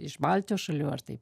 iš baltijos šalių ar tai